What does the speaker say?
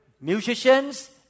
musicians